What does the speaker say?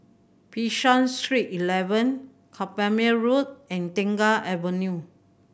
Bishan Street Eleven Carpmael Road and Tengah Avenue